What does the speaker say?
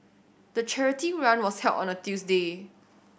the charity run was held on a Tuesday